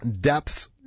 depths